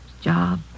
job